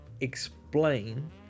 explain